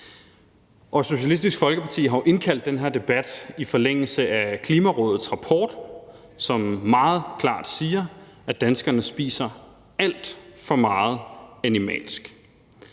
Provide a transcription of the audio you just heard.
Socialistisk Folkeparti har jo indkaldt til den her debat i forlængelse af Klimarådets rapport, som meget klart siger, at danskerne spiser alt for meget animalsk.